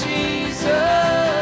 Jesus